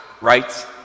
right